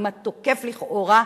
עם התוקף לכאורה,